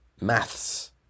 maths